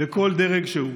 בכל דרג שהוא.